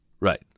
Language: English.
right